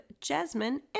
Jasmine